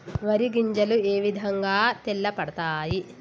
వరి గింజలు ఏ విధంగా తెల్ల పడతాయి?